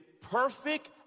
perfect